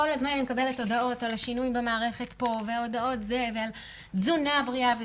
כל הזמן אני מקבלת הודעות על השינויים במערכת פה ועל תזונה בריאה.